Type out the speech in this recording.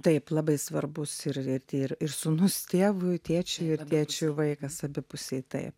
taip labai svarbus ir ir ir sūnus tėvui tėčiui ir tėčiui vaikas abipusiai taip